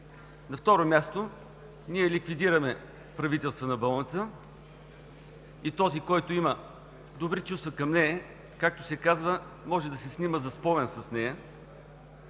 На второ място, ние ликвидираме Правителствена болница и този, който има добри чувства към нея, както се казва: „може да се снима за спомен с нея“.